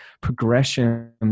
progression